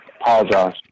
Apologize